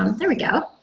um there we go.